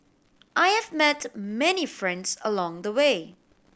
I have met many friends along the way